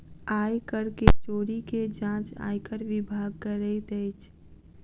आय कर के चोरी के जांच आयकर विभाग करैत अछि